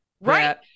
Right